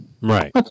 Right